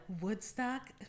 Woodstock